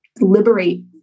liberate